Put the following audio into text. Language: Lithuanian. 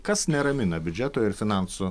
kas neramina biudžeto ir finansų